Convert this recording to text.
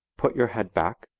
put your head back,